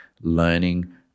learning